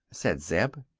said zeb.